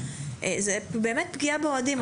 זה באמת פגיעה באוהדים.